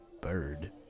Bird